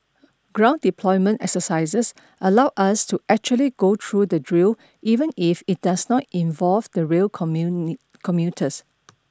ground deployment exercises allow us to actually go through the drill even if it does not involve the rail commuters